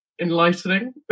enlightening